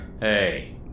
Hey